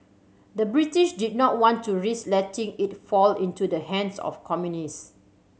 the British did not want to risk letting it fall into the hands of communists